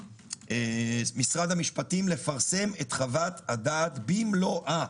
ממשרד המשפטים לפרסם את חוות הדעת במלואה.